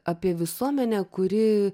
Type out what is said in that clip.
apie visuomenę kuri